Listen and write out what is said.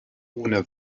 ohne